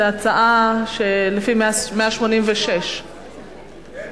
זו הצעה לפי 186. כן,